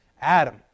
Adam